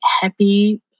happy